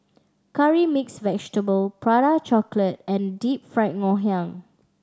curry mix vegetable Prata Chocolate and Deep Fried Ngoh Hiang